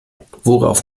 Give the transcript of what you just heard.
worauf